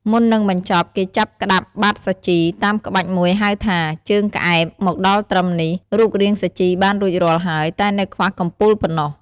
មុននឹងបញ្ចប់ គេចាប់ក្ដាប់បាតសាជី តាមក្បាច់មួយហៅថា ជើងក្អែប មកដល់ត្រឹមនេះ រូបរាងសាជីបានរួចរាល់ហើយ តែនៅខ្វះកំពូលប៉ុណ្ណោះ។